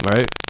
Right